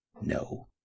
No